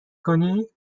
کنی